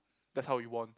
that's how he won